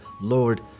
lord